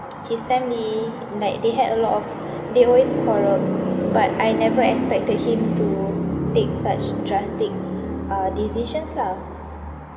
his family like they had a lot of they always quarrelled but I never expected him to take such drastic uh decisions lah